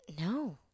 no